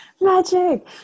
magic